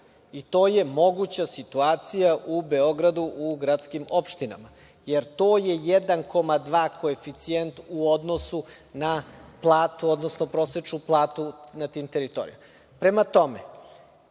i to je moguća situacija u Beogradu u gradskim opštinama, jer to je 1,2 koeficijent u odnosu na platu odnosno prosečnu platu na tim teritorijama. Prema tome,